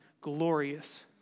glorious